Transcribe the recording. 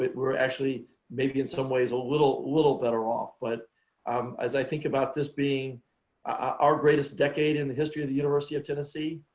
we're actually maybe in some ways a little little better off, but um as i think about this being our greatest decade in the history of the university of tennessee,